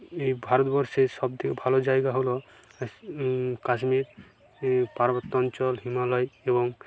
এই ভারতবর্ষে সবথেকে ভালো জায়গা হলো কাশ্মীর পার্বত্য অঞ্চল হিমালয় এবং